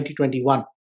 2021